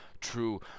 true